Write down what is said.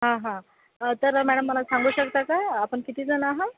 हां हां तर मॅळम मला सांगू शकता का आपण कितीजण आहात